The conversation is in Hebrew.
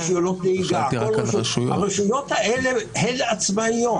רישיונות נהיגה הרשויות האלה הן עצמאיות.